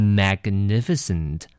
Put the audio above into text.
magnificent